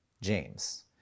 James